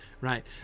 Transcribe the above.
right